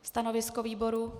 Stanovisko výboru?